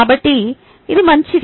కాబట్టి ఇది మంచిది